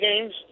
games